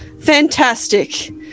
Fantastic